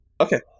Okay